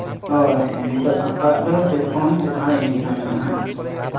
ᱦᱳᱭ ᱱᱤᱛᱚᱜ ᱥᱟᱱᱛᱟᱲᱟᱜ ᱫᱚ ᱡᱚᱛᱚ ᱠᱷᱚᱱ ᱪᱮᱛᱟᱱ ᱨᱮ ᱤᱱᱟᱹ ᱜᱮ ᱱᱟᱜ ᱢᱮᱱᱟᱜᱼᱟ ᱱᱟᱜ